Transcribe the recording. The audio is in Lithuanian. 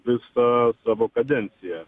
visą savo kadenciją